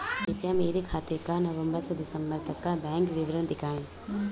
कृपया मेरे खाते का नवम्बर से दिसम्बर तक का बैंक विवरण दिखाएं?